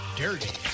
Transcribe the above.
dirty